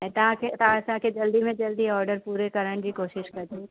ऐं तव्हांखे तव्हां असांखे जल्दी में जल्दी ऑर्डर पूरे करण जी कोशिशि कजो